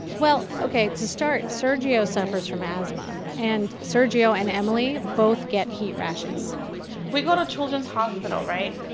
well, ok. to start, sergio suffers from asthma. and sergio and emily both get heat rashes we go to children's hospital, right?